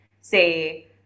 say